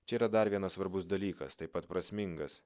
čia yra dar vienas svarbus dalykas taip pat prasmingas